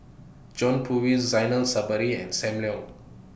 John Purvis Zainal Sapari and SAM Leong